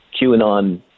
QAnon